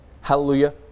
Hallelujah